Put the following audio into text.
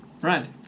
Right